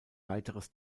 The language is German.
weiteres